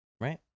right